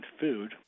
food